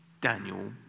Daniel